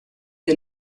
del